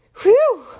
Whew